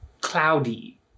cloudy